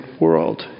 world